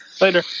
Later